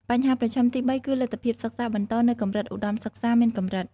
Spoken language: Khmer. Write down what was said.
បញ្ហាប្រឈមទី៣ គឺលទ្ធភាពសិក្សាបន្តនៅកម្រិតឧត្ដមសិក្សាមានកម្រិត។